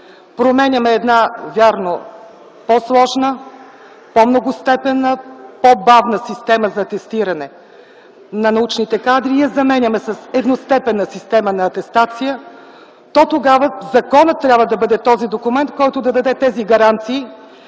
променяме една, вярно, по-сложна, по-многостепенна, по-бавна система за атестиране на научните кадри, и я заменяме с едностепенна система на атестация, то тогава законът трябва да бъде този документ, който да даде тези гаранции,